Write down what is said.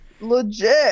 Legit